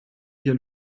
hier